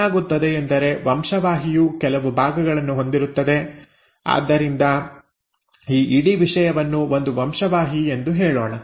ಏನಾಗುತ್ತದೆ ಎಂದರೆ ವಂಶವಾಹಿಯು ಕೆಲವು ಭಾಗಗಳನ್ನು ಹೊಂದಿರುತ್ತದೆ ಆದ್ದರಿಂದ ಈ ಇಡೀ ವಿಷಯವನ್ನು ಒಂದು ವಂಶವಾಹಿ ಎಂದು ಹೇಳೋಣ